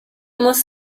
muss